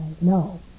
no